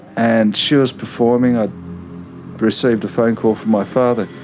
and she was performing. i received a phone call from my father,